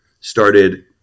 started